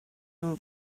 nhw